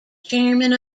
chairman